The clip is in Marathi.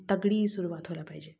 तगडी सुरुवात व्हायला पाहिजे